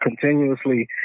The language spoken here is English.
continuously